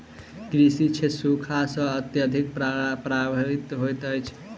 कृषि क्षेत्र सूखा सॅ अत्यधिक प्रभावित होइत अछि